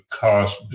cost